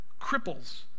cripples